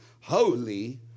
holy